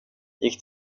gick